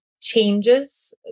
changes